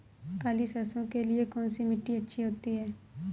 काली सरसो के लिए कौन सी मिट्टी अच्छी होती है?